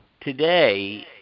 Today